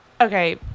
okay